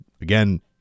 Again